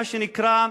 מה שנקרא,